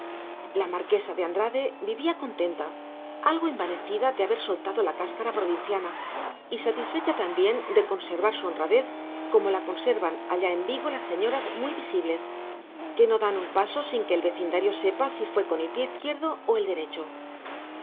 la marquesa de andrade vivía contenta algo envanecida de haber soltado la cáscara provinciana y satisfecha también de conservar su honradez como la conservan allá en vigo las señoras muy visibles que no dan un paso sin que el vecindario sepa si fue con el pie izquierdo o el derecho